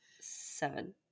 seven